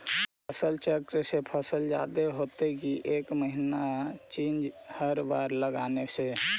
फसल चक्रन से फसल जादे होतै कि एक महिना चिज़ हर बार लगाने से?